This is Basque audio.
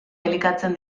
elikatzen